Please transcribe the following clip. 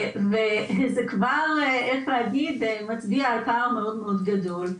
זה כבר, איך להגיד, מצביע על פער מאוד מאוד גדול.